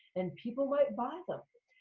and people might buy them.